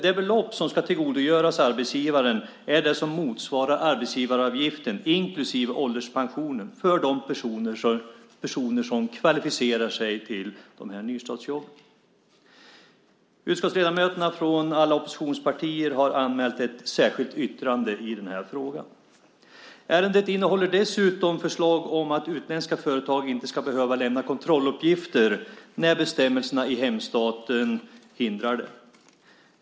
Det belopp som ska tillgodogöras arbetsgivaren är det som motsvarar arbetsgivaravgiften inklusive ålderspensionen för de personer som kvalificerar sig till de här nystartsjobben. Utskottsledamöterna från alla oppositionspartier har anmält ett särskilt yttrande i den här frågan. Ärendet innehåller dessutom förslag om att utländska företag inte ska behöva lämna kontrolluppgifter när bestämmelserna i hemstaten hindrar det.